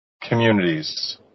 communities